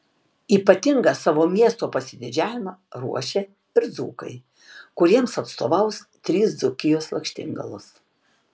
ypatingą savo miesto pasididžiavimą ruošia ir dzūkai kuriems atstovaus trys dzūkijos lakštingalos